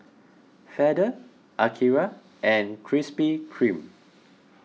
feather Akira and Krispy Kreme